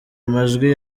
amajwi